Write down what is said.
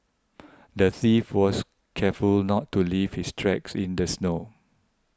the thief was careful not to leave his tracks in the snow